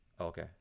Okay